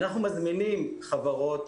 אנחנו מזמינים חברות,